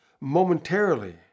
momentarily